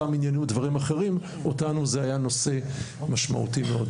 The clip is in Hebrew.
אותם עניינו דברים אחרים ועבורנו זה היה נושא משמעותי מאוד.